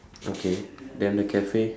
okay then the cafe